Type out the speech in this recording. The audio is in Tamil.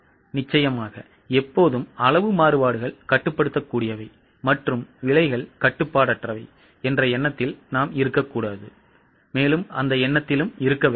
நிச்சயமாக எப்போதும் அளவு மாறுபாடுகள் கட்டுப்படுத்தக்கூடியவை மற்றும் விலைகள் கட்டுப்பாடற்றவை என்ற எண்ணத்தில் இருக்க வேண்டாம்